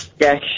yes